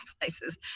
places